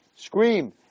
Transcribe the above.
Scream